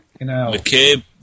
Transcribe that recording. McCabe